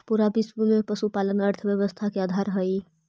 पूरा विश्व में पशुपालन अर्थव्यवस्था के आधार हई